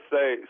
Say